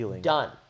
done